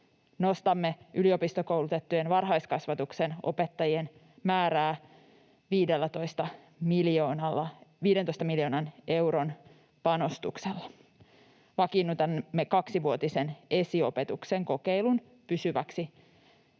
Nostamme yliopistokoulutettujen varhaiskasvatuksen opettajien määrää 15 miljoonan euron panostuksella. Vakiinnutamme kaksivuotisen esiopetuksen kokeilun pysyväksi